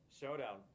Showdown